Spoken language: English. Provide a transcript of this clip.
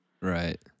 Right